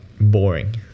boring